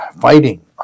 fighting